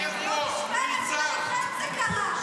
(חברת הכנסת יסמין פרידמן יוצאת מאולם המליאה.) במשמרת שלכם זה קרה.